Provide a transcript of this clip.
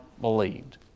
believed